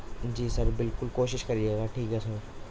جی sir بالکل کوشش کریے گا ٹھیک ہے سر